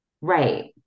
Right